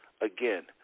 again